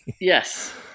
Yes